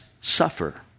suffer